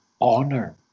honor